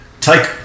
take